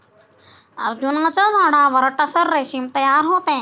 अर्जुनाच्या झाडावर टसर रेशीम तयार होते